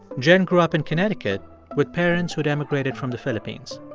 jen grew up in connecticut with parents who had emigrated from the philippines.